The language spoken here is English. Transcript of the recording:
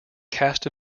cast